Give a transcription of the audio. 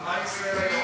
ומה עם "ישראל היום"?